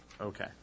Okay